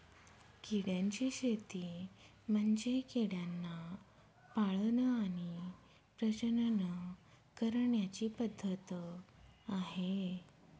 किड्यांची शेती म्हणजे किड्यांना पाळण आणि प्रजनन करण्याची पद्धत आहे